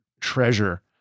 treasure